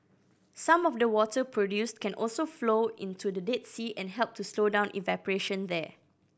some of the water produced can also flow into the Dead Sea and help to slow down evaporation there